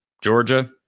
Georgia